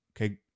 okay